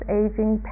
aging